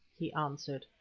he answered,